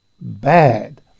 bad